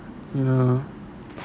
ya